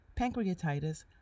pancreatitis